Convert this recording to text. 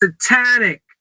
Satanic